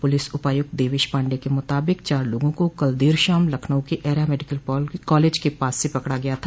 police उपायुक्त देवेश पाण्डेय के मूताबिक चार लोगों को कल देर शाम लखनऊ के एरा मेडिकल कॉलेज के पास से पकड़ा गया था